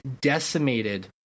decimated